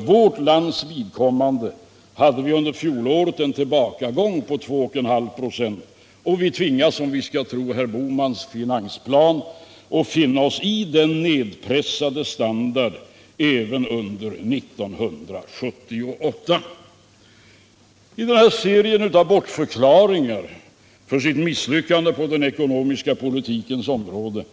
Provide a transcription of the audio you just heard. I vårt land hade vi under fjolåret en tillbakagång på 2,5 96, och vi tvingas — om vi skall tro herr Bohmans finansplan —-att finna oss i den nedpressade standarden även under 1978. I den här serien av bortförklaringar av sitt misslyckande på den ekonomiska politikens område